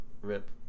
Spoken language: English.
Rip